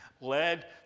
led